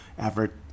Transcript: effort